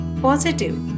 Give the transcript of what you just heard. positive